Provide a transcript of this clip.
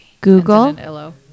Google